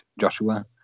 Joshua